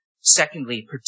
secondly